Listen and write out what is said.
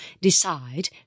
decide